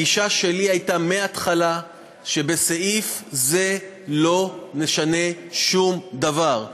הגישה שלי הייתה מההתחלה שבסעיף זה לא נשנה שום דבר.